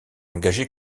engager